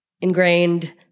ingrained